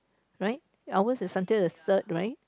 right ours is until the third right